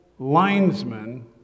Linesman